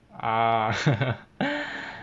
ah 呵呵